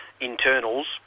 Internals